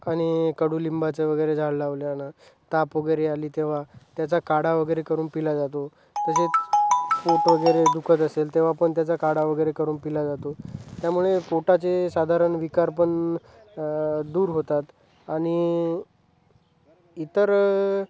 आणि कडूलिंबाचं वगैरे झाड लावल्यानं ताप वगैरे आली तेव्हा त्याचा काढा वगैरे करून पिला जातो तसेच पोट वगैरे दुखत असेल तेव्हा पण त्याचा काढा वगैरे करून पिला जातो त्यामुळे पोटाचे साधारण विकार पण दूर होतात आणि इतर